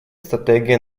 стратегия